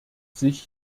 sich